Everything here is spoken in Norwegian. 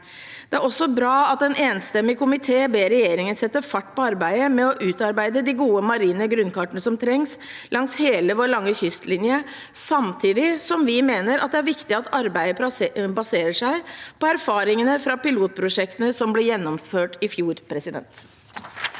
Det er også bra at en enstemmig komité ber regjeringen sette fart på arbeidet med å utarbeide de gode marine grunnkartene som trengs langs hele vår lange kystlinje, samtidig som vi mener det er viktig at arbeidet baserer seg på erfaringene fra pilotprosjektene som ble gjennomført i fjor. Birgit